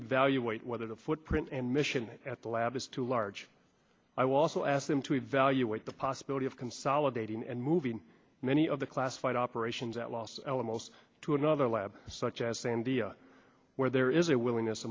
evaluate whether the footprint and mission at the lab is too large i will also ask them to evaluate the possibility of consolidating and moving many of the classified operations at los alamos to another lab such as saying where there is a willingness